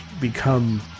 become